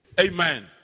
Amen